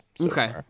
Okay